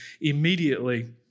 Immediately